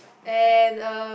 and uh